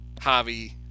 Javi